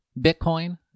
Bitcoin